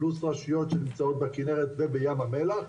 פלוס רשויות שנמצאות בכינרת ובים המלח.